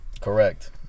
Correct